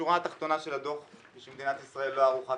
השורה התחתונה שלה דוח היא שמדינת ישראל לא ערוכה